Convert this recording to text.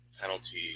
Penalty